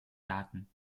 daten